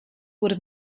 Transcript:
wurde